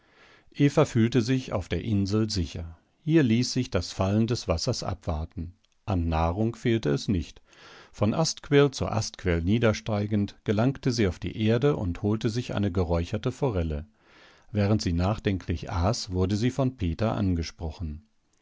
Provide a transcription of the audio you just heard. fühlte sich auf der insel sicher hier ließ sich das fallen des wassers abwarten an nahrung fehlte es nicht von astquirl zu astquirl niedersteigend gelangte sie auf die erde und holte sich eine geräucherte forelle während sie nachdenklich aß wurde sie von peter angesprochen